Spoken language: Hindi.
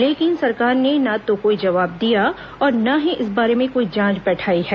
लेकिन सरकार ने ना तो कोई जवाब दिया और ना ही इस बारे में कोई जांच बैठाई है